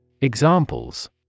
Examples